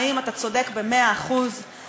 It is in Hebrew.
ההצעה להעביר את הצעת חוק הרשות לגיל הרך,